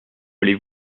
allez